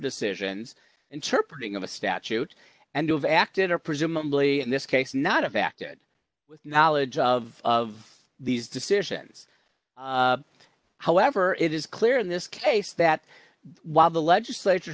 decisions interpretation of a statute and you have acted or presumably in this case not affected with knowledge of of these decisions however it is clear in this case that while the legislature